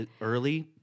early